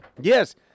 Yes